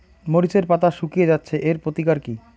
মরিচের পাতা শুকিয়ে যাচ্ছে এর প্রতিকার কি?